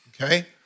okay